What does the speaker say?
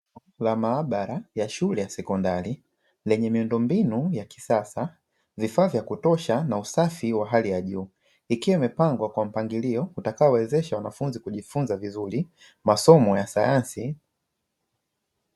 Jengo la maabara la shule ya sekondari, lenye miundombinu ya kisasa, vifaa vya kutosha na usafi wa hali ya juu ikiwa imepangwa kwa mpangilio utakaowezesha wanafunzi kujifunza vizuri masomo ya sayansi.